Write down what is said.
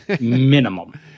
minimum